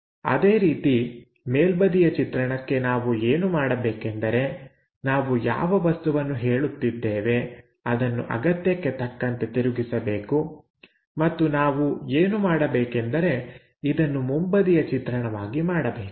ಅದೇ ರೀತಿ ಮೇಲ್ಬದಿಯ ಚಿತ್ರಣಕ್ಕೆ ನಾವು ಏನು ಮಾಡಬೇಕೆಂದರೆ ನಾವು ಯಾವ ವಸ್ತುವನ್ನು ಹೇಳುತ್ತಿದ್ದೇವೆ ಅದನ್ನು ಅಗತ್ಯಕ್ಕೆ ತಕ್ಕಂತೆ ತಿರುಗಿಸಬೇಕು ಮತ್ತು ನಾವು ಏನು ಮಾಡಬೇಕೆಂದರೆ ಇದನ್ನು ಮುಂಬದಿಯ ಚಿತ್ರಣವಾಗಿ ಮಾಡಬೇಕು